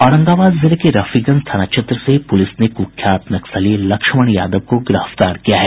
औरंगरबाद जिले के रफीगंज थाना क्षेत्र से पुलिस ने कुख्यात नक्सली लक्ष्मण यादव को गिरफ्तार किया है